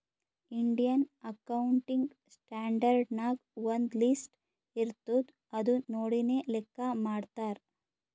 Indian accounting standard ನಾಗ್ ಒಂದ್ list ಇರ್ತುದ್ ಅದು ನೋಡಿನೇ ಲೆಕ್ಕಾ ಮಾಡ್ತಾರ್